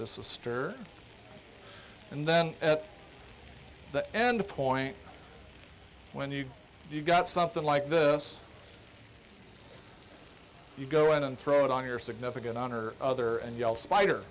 the sister and then at the end point when you've got something like this you go in and throw it on your significant honor other and yell spider